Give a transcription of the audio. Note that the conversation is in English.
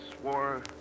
swore